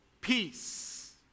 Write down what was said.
peace